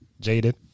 Jaded